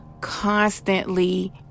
constantly